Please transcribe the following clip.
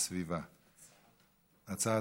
הסביבה נתקבלה.